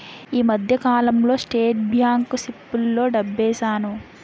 ఈ మధ్యకాలంలో state bank సిప్పుల్లో డబ్బేశాను